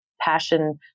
passion